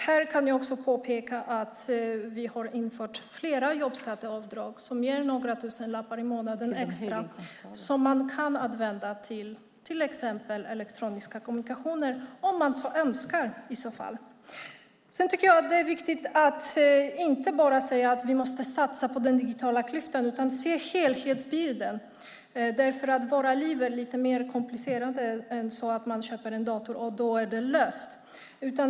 Här kan jag också påpeka att vi har infört flera jobbskatteavdrag som ger några tusenlappar i månaden extra som man kan använda till exempelvis elektroniska kommunikationer om man så önskar. Det är viktigt att inte bara säga att vi måste satsa på att motverka den digitala klyftan utan att också se helhetsbilden. Våra liv är lite mer komplicerade än att man bara köper en dator och då är det löst.